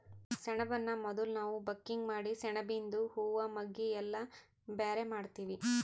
ಸೆಣಬನ್ನ ಮೊದುಲ್ ನಾವ್ ಬಕಿಂಗ್ ಮಾಡಿ ಸೆಣಬಿಯಿಂದು ಹೂವಾ ಮಗ್ಗಿ ಎಲಿ ಎಲ್ಲಾ ಬ್ಯಾರೆ ಮಾಡ್ತೀವಿ